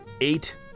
eight